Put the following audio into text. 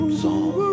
song